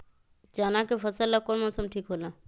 चाना के फसल ला कौन मौसम ठीक होला?